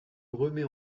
remet